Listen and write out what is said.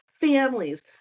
families